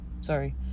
sorry